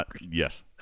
Yes